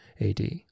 AD